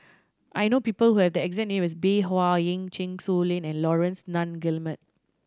I know people who have the exact name as Bey Hua Heng Chen Su Lan and Laurence Nunns Guillemard